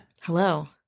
Hello